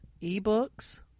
e-books